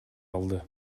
алды